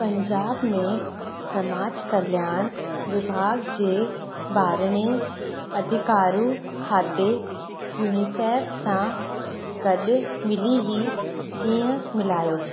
पंजाब में समाज कल्याण विभाग जे ॿारणे अधिकारु ख़ाते यूनिसेफ सां गॾ मिली हीअ ॾींहुं मल्हायो